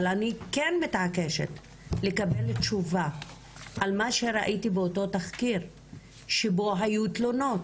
אבל אני כן מתעקשת לקבל תשובה על מה שראיתי באותו תחקיר שבו היו תלונות